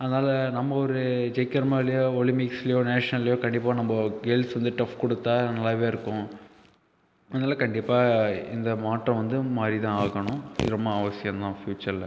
அதனால நம்ப ஒரு ஜெயிக்கிறோமோ இல்லையோ ஒலிம்பிக்ஸ்லியோ நேஷ்னல்லயோ கண்டிப்பாக நம்ப கேர்ள்ஸ் வந்து டஃப் கொடுத்தா நல்லாவே இருக்கும் அதனால் கண்டிப்பாக இந்த மாற்றம் வந்து மாறி தான் ஆகணும் இது ரொம்ப அவசியம் தான் ஃபியூச்சரில்